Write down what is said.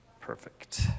Perfect